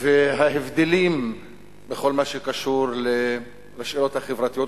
וההבדלים בכל מה שקשור לשאלות החברתיות,